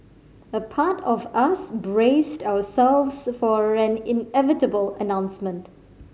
a part of us braced ourselves for an inevitable announcement